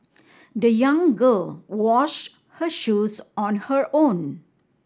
the young girl washed her shoes on her own